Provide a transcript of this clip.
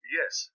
yes